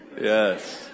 yes